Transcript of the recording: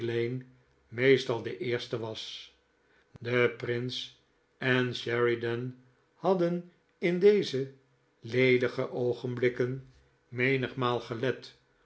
meestal de eerste was de prins en sheridan hadden in deze ledige oogenblikken menigmaal gelet